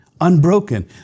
unbroken